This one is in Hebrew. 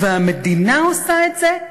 והמדינה עושה את זה?